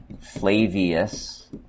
Flavius